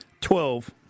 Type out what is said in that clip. Twelve